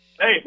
Hey